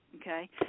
okay